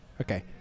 Okay